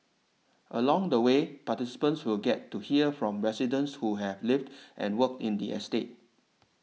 along the way participants will get to hear from residents who have lived and worked in the estate